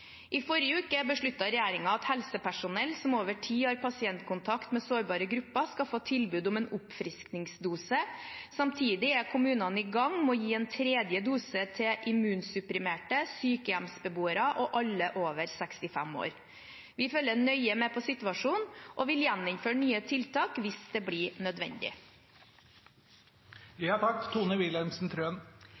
I forrige uke besluttet regjeringen at helsepersonell som over tid har pasientkontakt med sårbare grupper, skal få tilbud om en oppfriskningsdose. Samtidig er kommunene i gang med å gi en tredje dose til immunsupprimerte, sykehjemsbeboere og alle over 65 år. Vi følger nøye med på situasjonen og vil gjeninnføre tiltak hvis det blir